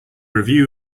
review